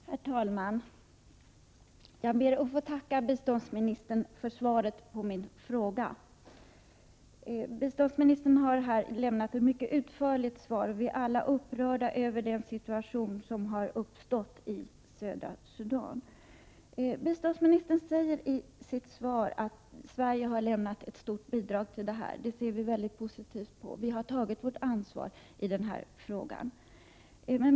Herr talman! Jag ber att få tacka biståndsministern för svaret på min fråga. Biståndsministern har lämnat ett mycket utförligt svar. Vi är alla upprörda över den situation som har uppstått i södra Sudan. Biståndsministern säger i svaret att Sverige har lämnat ett stort bidrag, och det är mycket positivt — vi har tagit vårt ansvar i denna fråga.